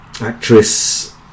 actress